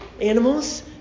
Animals